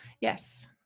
Yes